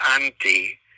anti